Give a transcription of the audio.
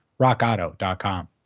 rockauto.com